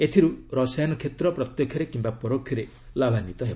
ଏଥିରୁ ରସାୟନ କ୍ଷେତ୍ର ପ୍ରତ୍ୟକ୍ଷରେ କିମ୍ବା ପରୋକ୍ଷରେ ଲାଭାନ୍ୱିତ ହେବ